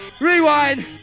Rewind